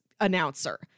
announcer